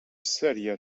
sälja